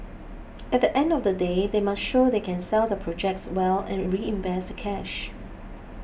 at the end of the day they must show they can sell their projects well and reinvest the cash